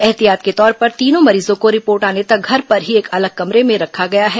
एहतियात के तौर पर तीनों मरीजों को रिपोर्ट आने तक घर पर ही एक अलग कमरे में रखा गया है